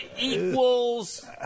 equals